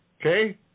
okay